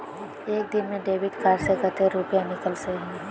एक दिन में डेबिट कार्ड से कते रुपया निकल सके हिये?